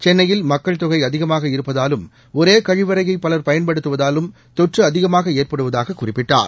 சென்னையில் மக்கள்தொகைஅதிகமாக இருப்பதாலும் ஒரேகழிவறையைபலர் பயன்படுத்துவதாலும் தொற்றுஅதிகமாகஏற்படுவதாகக் குறிப்பிட்டார்